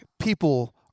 people